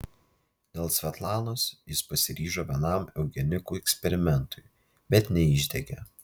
dėl svetlanos jis pasiryžo vienam eugenikų eksperimentui bet neišdegė